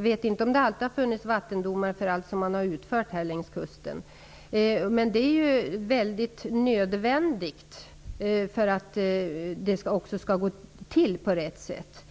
vet inte om det alltid har funnits vattendomar när det gäller allt som har utförts längs kusten, men det är nödvändigt så att det också går till på rätt sätt.